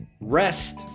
rest